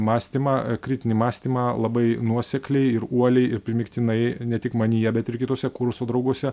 mąstymą kritinį mąstymą labai nuosekliai ir uoliai ir primygtinai ne tik manyje bet ir kituose kurso drauguose